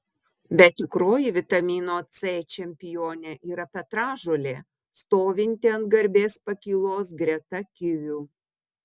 bet tikroji vitamino c čempionė yra petražolė stovinti ant garbės pakylos greta kivių